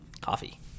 coffee